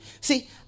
See